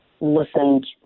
listened